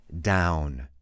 down